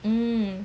mm